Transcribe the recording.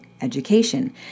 education